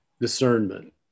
discernment